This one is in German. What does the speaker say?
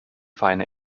feine